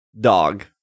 dog